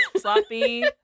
Sloppy